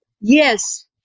Yes